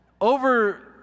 over